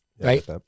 Right